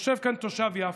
יושב כאן תושב יפו,